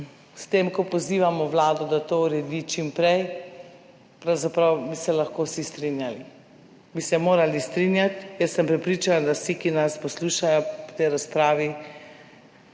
ko pozivamo Vlado, da to uredi čim prej, pravzaprav bi se lahko vsi strinjali, bi se morali strinjati. Jaz sem prepričana, da vsi, ki nas poslušajo v tej razpravi